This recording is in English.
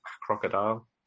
crocodile